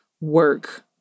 work